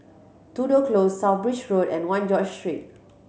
Tudor Close South Bridge Road and One George Street